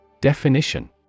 Definition